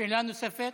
שאלה נוספת.